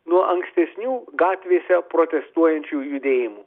nuo ankstesnių gatvėse protestuojančių judėjimų